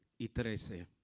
it that was a